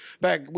back